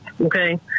okay